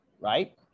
right